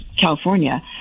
California